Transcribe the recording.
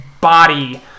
body